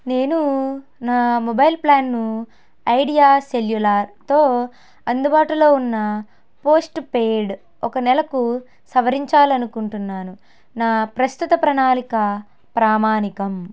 నేనూ నా మొబైల్ ప్లాన్ను ఐడియా సెల్యులార్తో అందుబాటులో ఉన్న పోస్ట్పెయిడ్ ఒక నెలకు సవరించాలనుకుంటున్నాను నా ప్రస్తుత ప్రణాళిక ప్రామాణికం